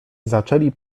zaczęli